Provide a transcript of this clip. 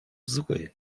zły